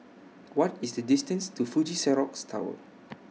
What IS The distance to Fuji Xerox Tower